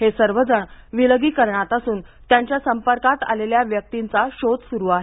हे सर्व जण विलगीकरणात असून त्यांच्या संपर्कात आलेल्या व्यक्तींचा शोध सुरू आहे